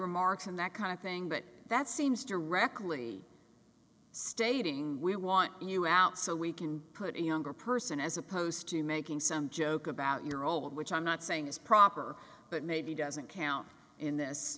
remarks and that kind of thing but that seems directly stating we want you out so we can put a younger person as opposed to making some joke about your all which i'm not saying is proper but maybe doesn't count in this